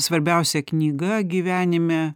svarbiausia knyga gyvenime